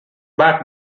back